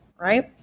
right